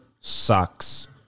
sucks